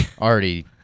already